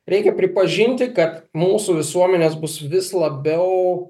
reikia pripažinti kad mūsų visuomenės bus vis labiau